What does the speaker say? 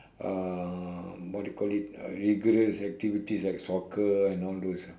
uh what you called it uh rigorous activities like soccer and all those